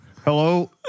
Hello